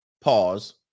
pause